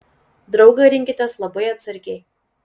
draugą rinkitės labai atsargiai